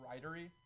writery